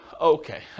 Okay